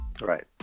Right